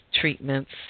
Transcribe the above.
treatments